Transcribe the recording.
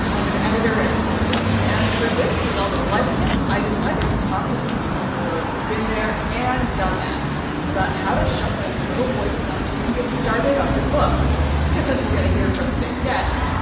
i'm an editor at npr books. and for this installment of life kit, i decided to talk to some people who've both been there and done that about how to shut those little voices up and get started on your book because as we're going to hear from today's guests.